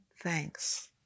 thanks